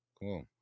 Cool